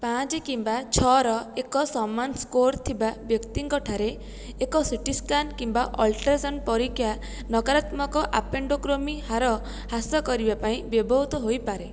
ପାଞ୍ଚ କିମ୍ବା ଛଅର ଏକ ସମାନ ସ୍କୋର୍ ଥିବା ବ୍ୟକ୍ତିଙ୍କ ଠାରେ ଏକ ସି ଟି ସ୍କାନ୍ କିମ୍ବା ଅଲଟ୍ରାସାଉଣ୍ଡ ପରୀକ୍ଷା ନକାରାତ୍ମକ ଆପେଣ୍ଡେକ୍ଟୋମି ହାର ହ୍ରାସ କରିବା ପାଇଁ ବ୍ୟବହୃତ ହୋଇପାରେ